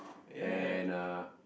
and uh